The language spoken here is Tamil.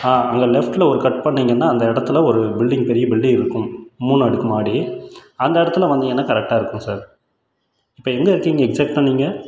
ஆ அங்கே லெஃப்டில் ஒரு கட் பண்ணிங்கன்னா அந்த இடத்துல ஒரு பில்டிங் பெரிய பில்டிங் இருக்கும் மூணு அடுக்கு மாடி அந்த இடத்துல வந்திங்கன்னா கரெக்டாக இருக்கும் சார் இப்போ எங்கே இருக்கீங்க எக்ஸாக்டாக நீங்கள்